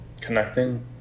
Connecting